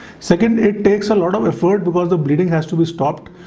second, it takes a lot of effort because the bleeding has to be stopped.